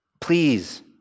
Please